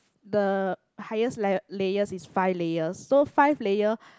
the highest la~ layers is five layers so five layer